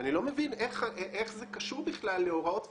אני לא מבין איך זה קשור בכלל להוראות ספציפיות.